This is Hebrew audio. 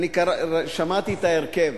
שמעתי את ההרכב.